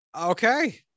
Okay